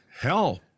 Hell